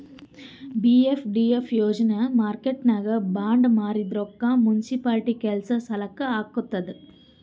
PFDF ಯೋಜನಾ ಮಾರ್ಕೆಟ್ನಾಗ್ bond ಮಾರಿದ್ ರೊಕ್ಕಾ ಮುನ್ಸಿಪಾಲಿಟಿ ಕೆಲ್ಸಾ ಸಲಾಕ್ ಹಾಕ್ತುದ್